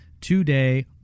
today